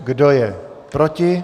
Kdo je proti?